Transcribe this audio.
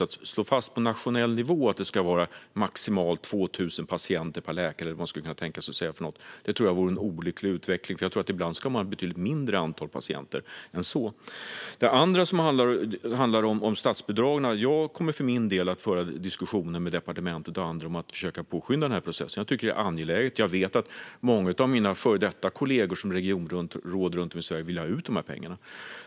Att på nationell nivå slå fast att det ska vara exempelvis maximalt 2 000 patienter per läkare vore en olycklig utveckling, för ibland ska man ha ett betydligt mindre antal patienter än så. När det gäller statsbidragen kommer jag att föra diskussioner med departementet och andra om att försöka påskynda denna process. Det är angeläget. Många av mina före detta regionrådskollegor runt om i Sverige vill ha ut dessa pengar.